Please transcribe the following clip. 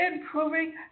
improving